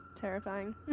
terrifying